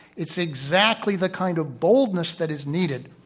it's exactly the kind of boldness that is needed,